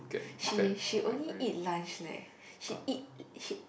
she she only eat lunch leh she eat she